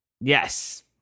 Yes